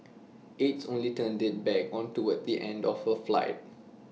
aides only turned IT back on toward the end of the flight